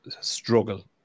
struggle